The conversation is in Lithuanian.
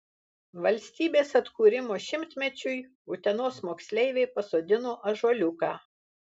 valstybės atkūrimo šimtmečiui utenos moksleiviai pasodino ąžuoliuką